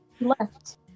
Left